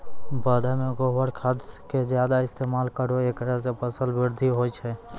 पौधा मे गोबर खाद के ज्यादा इस्तेमाल करौ ऐकरा से फसल बृद्धि होय छै?